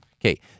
Okay